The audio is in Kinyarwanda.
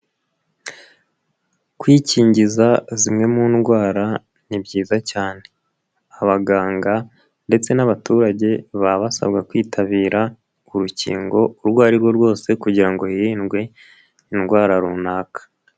Kwikingiza zimwe mu ndwara ni byiza cyane. Abaganga ndetse n'abaturage baba basabwa kwitabira urukingo urwo ari rwo rwose kugira ngo hirindwe indwara runaka.